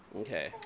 Okay